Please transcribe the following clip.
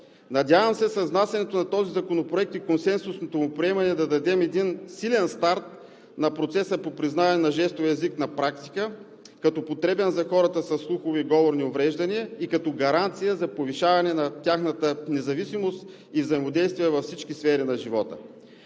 Надявам се, че с внасянето на този законопроект и консенсусното му приемане на практика ще дадем един силен старт на процеса по признаване на жестовия език като потребен за хората със слухови и говорни увреждания и като гаранция за повишаване на тяхната независимост и взаимодействие във всички сфери на живота.